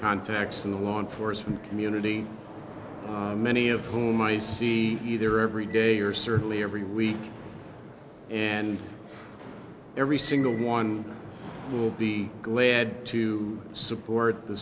contacts in the law enforcement community many of whom i see either every day or certainly every week and every single one will be glad to support the